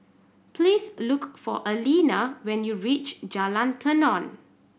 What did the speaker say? please look for Aleena when you reach Jalan Tenon